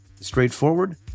straightforward